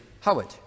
Howard